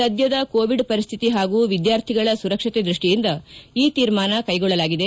ಸದ್ಯದ ಕೋವಿಡ್ ಪರಿಶ್ಠಿತಿ ಪಾಗೂ ವಿದ್ಕಾರ್ಥಿಗಳ ಸುರಕ್ಷತೆ ದೃಷ್ಟಿಯಿಂದ ಈ ಶೀರ್ಮಾನ ಕೈಗೊಳ್ಳಲಾಗಿದೆ